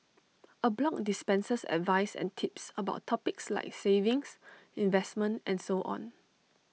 A blog dispenses advice and tips about topics like savings investment and so on